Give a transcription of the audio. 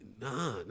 nah